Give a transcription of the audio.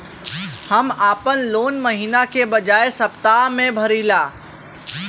हम आपन लोन महिना के बजाय सप्ताह में भरीला